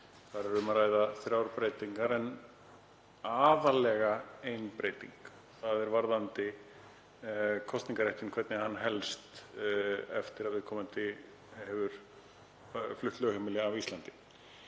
Þar er um að ræða þrjár breytingar en þó aðallega eina breytingu, þ.e. varðandi kosningarréttinn og hvernig hann helst eftir að viðkomandi hefur flutt lögheimili frá Íslandi.